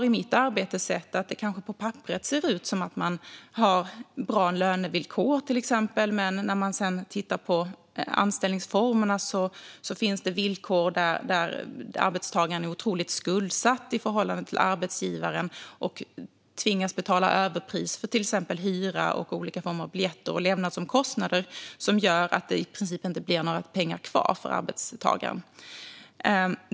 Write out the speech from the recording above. I mitt arbete har jag sett exempel där det på papperet kanske ser ut som att arbetstagaren har bra lönevillkor men där man, när man tittar på anställningsformerna, upptäcker villkor som gör att arbetstagaren är otroligt skuldsatt i förhållande till arbetsgivaren. Denne tvingas kanske betala överpris för till exempel hyra och olika former av biljetter och levnadsomkostnader, vilket gör att det i princip inte blir några pengar kvar.